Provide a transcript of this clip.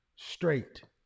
Straight